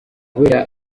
kubera